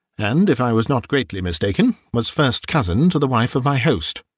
and, if i was not greatly mistaken, was first cousin to the wife of my host.